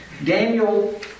Daniel